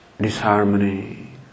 disharmony